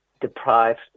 deprived